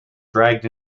dragged